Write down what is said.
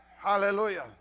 Hallelujah